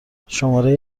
شماری